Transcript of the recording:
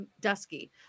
dusky